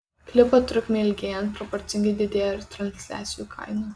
klipo trukmei ilgėjant proporcingai didėja ir transliacijų kaina